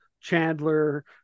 Chandler